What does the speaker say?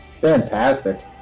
Fantastic